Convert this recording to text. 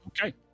Okay